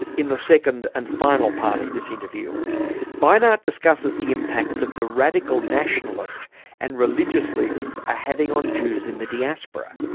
in the second and final part of this interview beinart discusses the impact that the radical nationalist and religious leaders are ah having on jews in the diaspora,